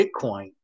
Bitcoin